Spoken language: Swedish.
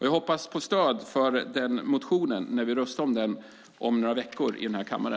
Jag hoppas på stöd för den motionen när vi röstar om den om några veckor i denna kammare.